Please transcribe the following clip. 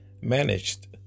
managed